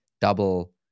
double